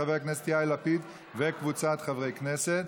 של חבר הכנסת יאיר לפיד וקבוצת חברי הכנסת?